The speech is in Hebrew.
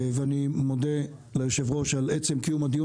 ואני מודה ליושב ראש על עצם קיום הדיון